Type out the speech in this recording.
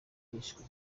yishwe